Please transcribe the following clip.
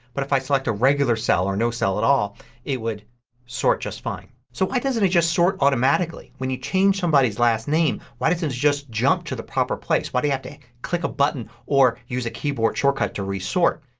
but if i select a regular cell or no cell at all it would sort just fine. so why doesn't it just sort automatically? when you change somebody's last name why doesn't it just jump to the proper place. why do you have to click a button or use a keyboard shortcut to resort?